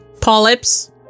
Polyps